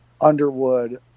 Underwood